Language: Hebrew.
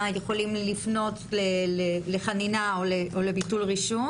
יכולים לפנות לחנינה או לביטול רישום?